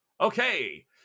Okay